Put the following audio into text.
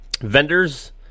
Vendors